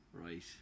Right